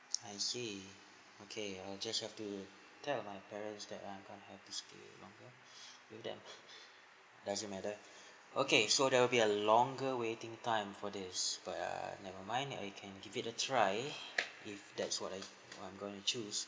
I see okay I'll just have to tell my parents that I'm going to have to stay longer you know them does it matter okay so there'll be a longer waiting time for this but err never mind I can give it a try if that's what I what I'm going to choose